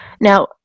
now